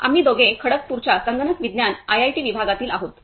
आम्ही दोघे खडगपूरच्या संगणक विज्ञान आयआयटी विभागातील आहोत